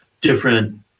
different